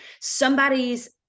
somebody's